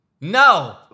No